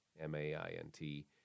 M-A-I-N-T